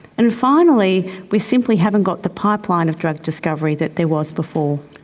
and finally, we simply haven't got the pipeline of drug discovery that there was before.